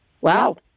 Wow